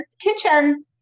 kitchen